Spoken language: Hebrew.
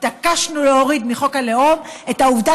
התעקשנו להוריד מחוק הלאום את העובדה